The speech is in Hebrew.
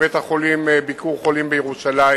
ובית-החולים "ביקור חולים" בירושלים,